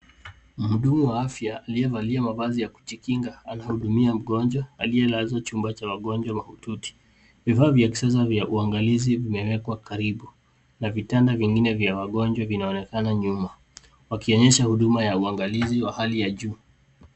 Mhudumu wa afya aliyevalia mavazi ya kujikinga anahudumia mgonjwa aliyelazwa chumba cha wagonjwa mahututi. Vifaa vya kisasa vya uangalizi vimewekwa karibu na vitanda vingine vya wagonjwa vinaonekana nyuma, wakionyesha huduma ya uangalizi ya hali ya juu.